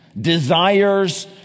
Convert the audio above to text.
desires